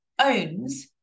owns